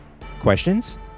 Questions